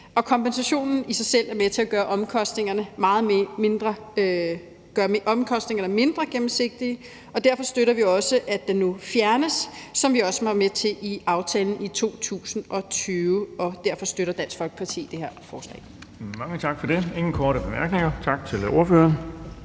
og kompensationen i sig selv er med til at gøre omkostningerne mindre gennemsigtige, og derfor støtter vi også, at den nu fjernes, som vi også var med til i aftalen i 2020. Derfor støtter Dansk Folkeparti det her forslag. Kl. 11:40 Den fg. formand (Erling Bonnesen):